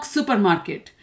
Supermarket